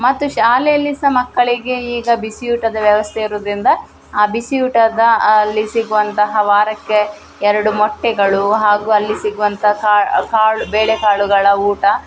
ಮತ್ತು ಶಾಲೆಯಲ್ಲಿ ಸಹ ಮಕ್ಕಳಿಗೆ ಈಗ ಬಿಸಿಯೂಟದ ವ್ಯವಸ್ಥೆ ಇರುವುದ್ರಿಂದ ಆ ಬಿಸಿ ಊಟದ ಅಲ್ಲಿ ಸಿಗುವಂತಹ ವಾರಕ್ಕೆ ಎರಡು ಮೊಟ್ಟೆಗಳು ಹಾಗೂ ಅಲ್ಲಿ ಸಿಗುವಂಥ ಕಾಳು ಬೇಳೆಕಾಳುಗಳ ಊಟ